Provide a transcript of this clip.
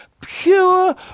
pure